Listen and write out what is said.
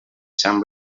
sant